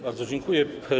Bardzo dziękuję.